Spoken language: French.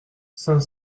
cinq